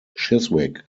chiswick